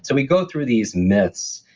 so we go through these myths.